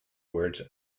words